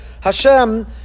Hashem